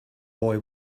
boy